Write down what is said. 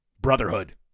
Brotherhood